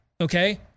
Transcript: Okay